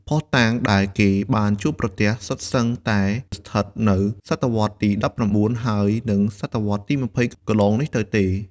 ភស្តុតាងដែលគេបានជួបប្រទះសុទ្ធសឹងតែស្ថិតនៅសតវត្សទី១៩ ហើយនិងសតវត្សរ៍ទី ២០ កន្លងនេះទៅទេ។